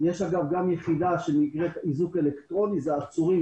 יש גם יחידה שנקראת "איזוק אלקטרוני" עצורים